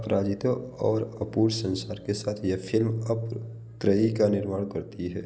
अपराजितो और अपूर संसार के साथ यह फ़िल्म अपु त्रयी का निर्माण करती है